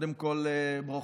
קודם כול ברכות.